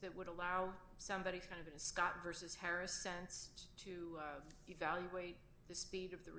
that would allow somebody kind of a scott versus harris sense to evaluate the speed of the